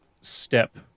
step